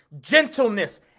gentleness